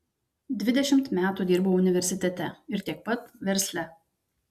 dvidešimt metų dirbau universitete ir tiek pat versle